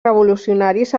revolucionaris